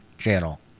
Channel